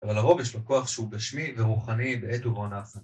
אבל הרוב יש לו כוח שהוא גשמי ורוחני בעת ובעונה אחת.